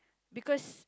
because